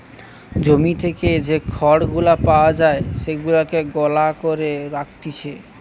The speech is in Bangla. জমি থেকে যে খড় গুলা পাওয়া যায় সেগুলাকে গলা করে রাখতিছে